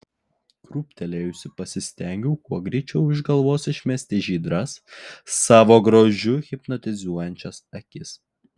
krūptelėjusi pasistengiau kuo greičiau iš galvos išmesti žydras savo grožiu hipnotizuojančias akis